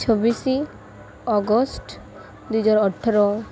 ଛବିଶ ଅଗଷ୍ଟ ଦୁଇହଜାର ଅଠର